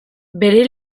bere